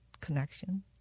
connection